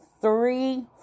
three